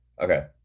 okay